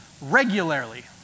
regularly